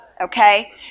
Okay